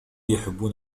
يحبون